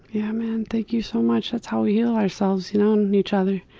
yeah, man. thank you so much. that's how we heal ourselves you know and and each other.